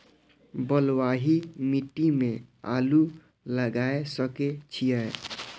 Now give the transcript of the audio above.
बलवाही मिट्टी में आलू लागय सके छीये?